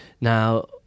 Now